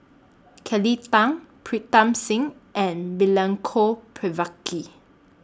Kelly Tang Pritam Singh and Milenko Prvacki